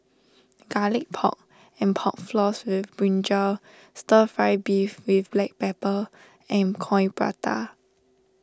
Garlic Pork and Pork Floss with Brinjal Stir Fry Beef with Black Pepper and Coin Prata